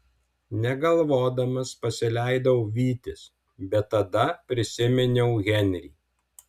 negalvodamas pasileidau vytis bet tada prisiminiau henrį